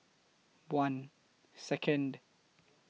one Second